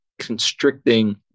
constricting